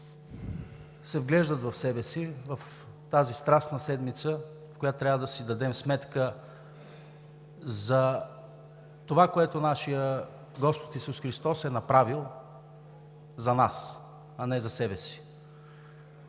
се вглеждат в себе си. В тази Страстна седмица трябва да си дадем сметка за това, което нашият Господ Исус Христос е направил за нас, а не за себе си.